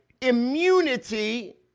immunity